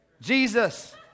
Jesus